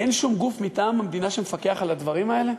אין שום גוף מטעם המדינה שמפקח על הדברים האלה?